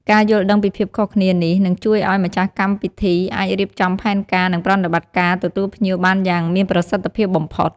ការយល់ដឹងពីភាពខុសគ្នានេះ នឹងជួយឲ្យម្ចាស់ពិធីអាចរៀបចំផែនការ និងប្រតិបត្តិការទទួលភ្ញៀវបានយ៉ាងមានប្រសិទ្ធភាពបំផុត។